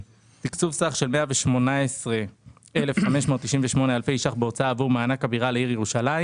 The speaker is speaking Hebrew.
תקצוב סך של 118,598 אלפי ש"ח בהוצאה עבור מענק הבירה לעיר ירושלים